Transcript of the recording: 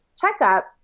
checkup